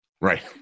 Right